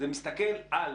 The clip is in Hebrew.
זה מסתכל על,